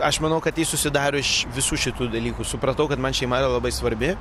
aš manau kad jis susidaro iš visų šitų dalykų supratau kad man šeima yra labai svarbi